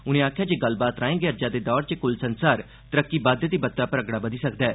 उनें आक्खेआ जे गल्ल बात राए गै अज्जै दे दौर च कुल संसारी तरक्की बाद्दे दी बत्ता उप्पर अगड़ा बघी सकदा ऐ